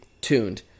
tuned